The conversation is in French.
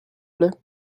plait